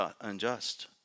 unjust